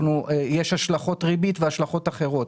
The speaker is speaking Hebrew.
יש השלכות ריבית והשלכות אחרות.